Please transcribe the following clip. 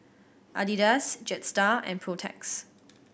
Adidas Jetstar and Protex